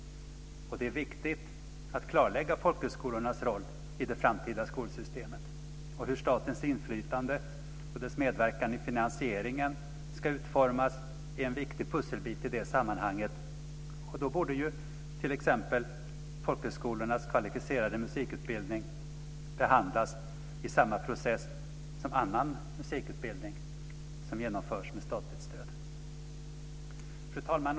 Det är viktigt att klarlägga folkhögskolornas roll i det framtida skolsystemet. Hur statens inflytande och medverkan i finansieringen ska utformas är en viktig pusselbit i det sammanhanget. Då borde t.ex. folkhögskolornas kvalificerade musikutbildning behandlas i samma process som annan musikutbildning som genomförs med statligt stöd. Fru talman!